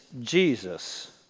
Jesus